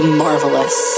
marvelous